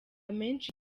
menshi